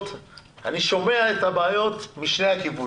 שיש להם.